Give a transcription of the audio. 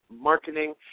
marketing